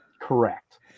Correct